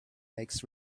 makes